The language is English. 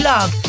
Love